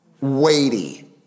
weighty